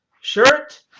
shirt